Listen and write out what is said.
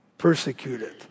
Persecuted